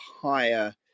higher